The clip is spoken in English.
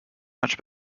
much